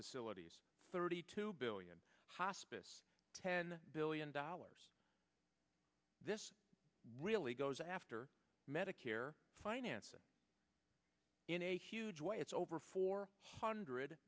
facilities thirty two billion hospice ten billion dollars this really goes after medicare financing in a huge way it's over four hundred